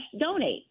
donate